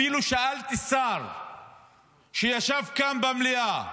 שאלתי אפילו שר שישב כאן במליאה.